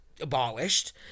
abolished